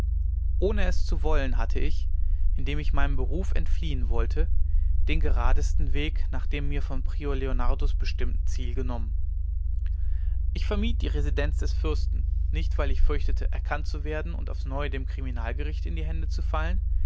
ohne es zu wollen hatte ich indem ich meinem beruf entfliehen wollte den geradesten weg nach dem mir von dem prior leonardus bestimmten ziel genommen ich vermied die residenz des fürsten nicht weil ich fürchtete erkannt zu werden und aufs neue dem kriminalgericht in die hände zu fallen